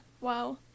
wow